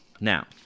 now